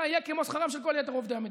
יהיה כמו שכרם של כל יתר עובדי המדינה,